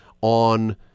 on